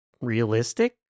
realistic